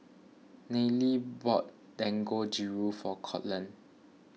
Nayely bought Dangojiru for Courtland